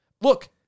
Look